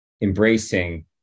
embracing